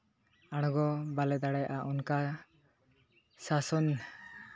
ᱟᱲᱜᱚ ᱵᱟᱞᱮ ᱫᱟᱲᱮᱭᱟᱜᱼᱟ ᱚᱱᱠᱟ ᱥᱟᱥᱚᱱ